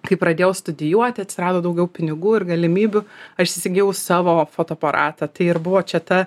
kai pradėjau studijuoti atsirado daugiau pinigų ir galimybių aš įsigijau savo fotoaparatą tai ir buvo čia ta